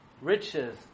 Riches